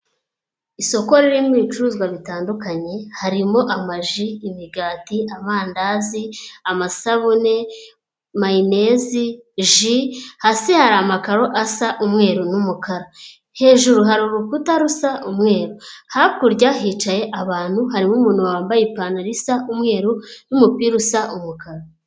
Isoko ririmo ibicuruzwa bitandukanye harimo amaji, imigati, amandazi, amasabune, mayonezi, ji, hasi hari amakaro asa umweru n'umukara, hejuru hari urukuta rusa umweru hakurya hicaye abantu harimo umuntu wambaye ipantaro isa umweru n'umupira usa umukara.